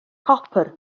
copr